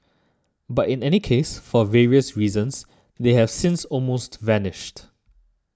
but in any case for various reasons they have since almost vanished